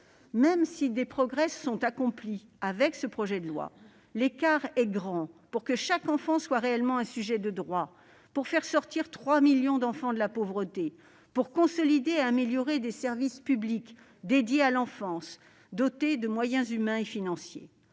Même si des progrès sont accomplis avec ce projet de loi, un écart important reste à combler pour que chaque enfant soit réellement un sujet de droit, pour faire sortir 3 millions d'enfants de la pauvreté et pour consolider et améliorer des services publics réservés à l'enfance, dotés de moyens humains et financiers